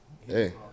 Hey